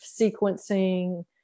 sequencing